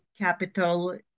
capital